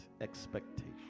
expectation